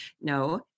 no